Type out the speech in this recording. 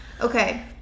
Okay